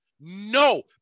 No